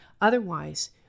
Otherwise